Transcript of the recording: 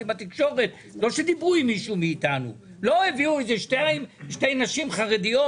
לא הביאו איזה שתי נשים חרדיות